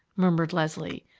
murmured leslie,